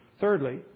Thirdly